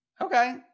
Okay